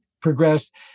progressed